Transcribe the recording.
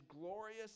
glorious